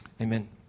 Amen